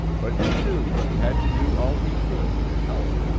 but he knew he had to do all he could to help.